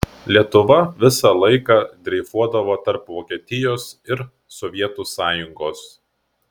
lietuva visą laiką dreifuodavo tarp vokietijos ir sovietų sąjungos